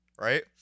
right